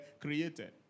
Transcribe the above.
created